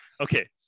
okay